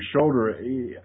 shoulder